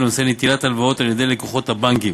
לנושא נטילת הלוואות על-ידי לקוחות הבנקים: